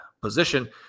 position